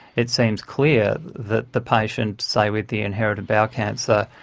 it seems clear that the patient, say with the inherited bowel cancer,